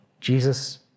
Jesus